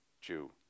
Jew